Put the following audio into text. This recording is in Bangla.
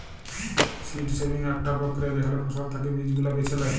সীড সেভিং আকটা প্রক্রিয়া যেখালে ফসল থাকি বীজ গুলা বেছে লেয়